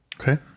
Okay